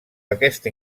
aquesta